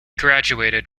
graduated